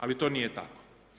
Ali to nije tako.